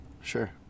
Sure